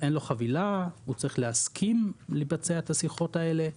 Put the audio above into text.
שאין לו חבילה והוא צריך להסכים לבצע את השיחות האלה.